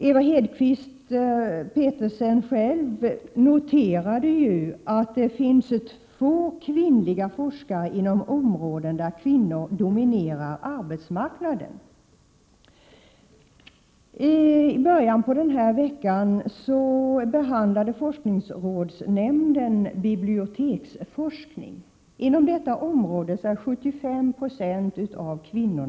Ewa Hedkvist Petersen själv konstaterade ju att det finns få kvinnliga forskare inom områden där kvinnor dominerar arbetsmarknaden. I början av denna vecka behandlade forskningsrådsnämnden biblioteksforskning. Inom detta område är 75 90 av bibliotekarierna kvinnor.